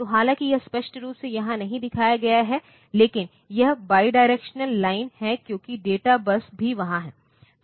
तो हालांकि यह स्पष्ट रूप से यहां नहीं दिखाया गया है लेकिन यह बाईडायरेक्शनल लाइन है क्योंकि डेटा बस भी वहाँ है